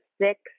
six